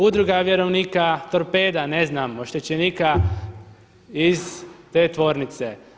Udruga vjerovnika torpeda, ne znam oštećenika iz te tvornice.